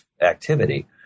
activity